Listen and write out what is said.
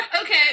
Okay